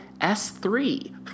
S3